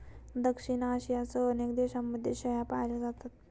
दक्षिण आशियासह अनेक देशांमध्ये शेळ्या पाळल्या जातात